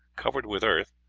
covered with earth,